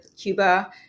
Cuba